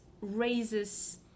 raises